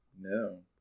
No